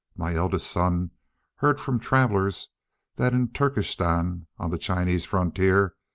my eldest son heard from travellers that in turkistan, on the chinese frontier,